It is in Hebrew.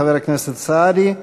חבר הכנסת סעדי,